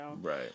Right